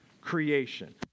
Creation